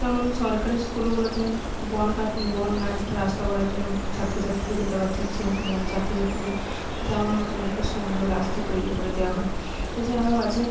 যেমন সরকারি স্কুলগুলোতে বন কাট বন না কেটে রাস্তা করার জন্য ছাত্র ছাত্রীরা যেতে পারছে না সেরকম যেন ছাত্র ছাত্রীরা যাতে যাওয়ার মতন একটা সুন্দর রাস্তা তৈরি করে দেওয়া হয় এছাড়াও আছে